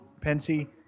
Pensy